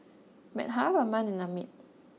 Medha Raman and Amit